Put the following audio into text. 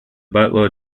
butler